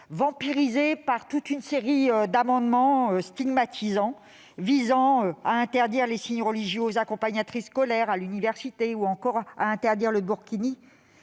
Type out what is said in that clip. vampirisé par toute une série d'amendements stigmatisants, visant à interdire les signes religieux aux accompagnatrices scolaires ou à l'université ou encore à interdire le burkini.